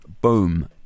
boom